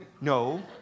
no